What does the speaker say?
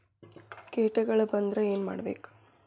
ಕೇಟಗಳ ಬಂದ್ರ ಏನ್ ಮಾಡ್ಬೇಕ್?